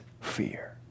fear